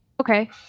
okay